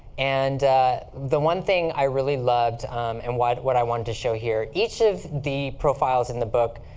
and the one thing i really loved um and what what i wanted to show here each of the profiles in the book,